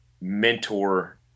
mentor